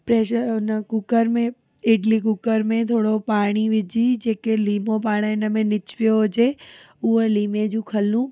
pressure अन cooker में idli cooker में थोरो पाणी विझी जेके लीमो पाणि हिन में निचवयो हुजे उहा लीमे जूं खलूं